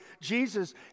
Jesus